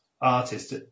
Artist